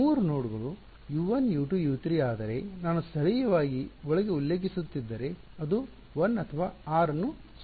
ಮೂರು ನೋಡ್ಗಳು U1 U2 U3 ಆದರೆ ನಾನು ಸ್ಥಳೀಯವಾಗಿ ಒಳಗೆ ಉಲ್ಲೇಖಿಸುತ್ತಿದ್ದರೆ ಇದು l ಅಥವಾ r ಅನ್ನು ಸೂಚಿಸುತ್ತದೆ